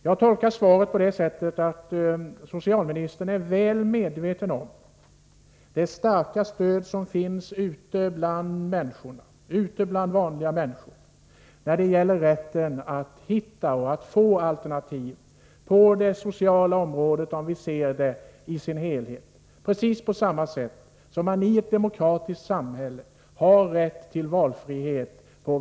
Jag tolkar svaret så, att socialministern är väl medveten om det starka stöd som finns ute bland vanliga människor när det gäller rätten att hitta och att få alternativ på det sociala området, sett i dess helhet — på precis samma sätt som på väldigt många andra områden i ett demokratiskt samhälle där man har rätt till valfrihet.